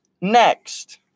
Next